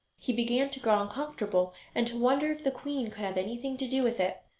he began to grow uncomfortable and to wonder if the queen could have anything to do with it.